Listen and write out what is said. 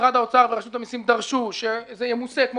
משרד האוצר ורשות המסים דרשו שזה ימוסה כמו